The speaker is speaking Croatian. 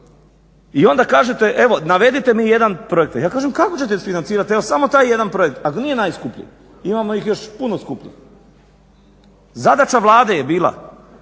I onda kažete navedite mi jedan projekt, a ja kažem kako ćete isfinancirat evo samo taj jedan projekt ako nije najskuplji, imamo ih još puno skupljih. Zadaća Vlade je bila